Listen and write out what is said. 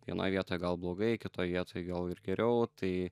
vienoj vietoj gal blogai kitoj vietoj gal ir geriau tai